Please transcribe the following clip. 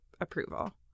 approval